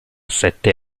sette